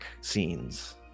scenes